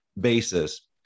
basis